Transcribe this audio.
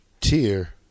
tier